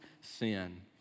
sin